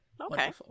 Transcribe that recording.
okay